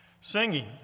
Singing